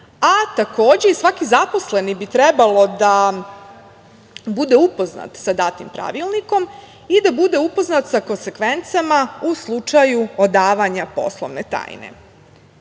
a takođe i svaki zaposleni bi trebalo da bude upoznat sa datim pravilnikom i da bude upoznat sa konsekvencama u slučaju odavanja poslovne